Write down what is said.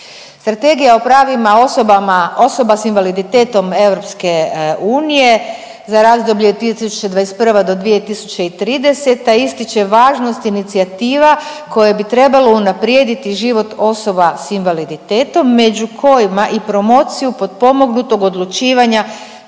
Strategija o pravima osobama, osoba s invaliditetom EU za razdoblje 2021. do 2030. ističe važnost inicijativa koje bi trebalo unaprijediti život osoba s invaliditetom, među kojima i promociju potpomognutog odlučivanja,